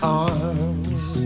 arms